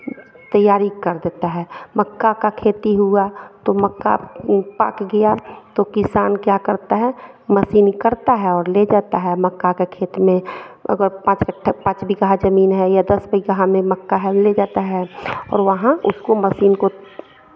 तैयारी कर देता है मक्का का खेती हुआ तो मक्का पक गया तो किसान क्या करता है मशीनी करता है और ले जाता है मक्का के खेत में अब पाँच क पाँच बीघा ज़मीन है या दस बीघा में मक्का है ले जाता है और वहाँ उसको मशीन को